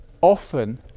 often